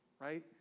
right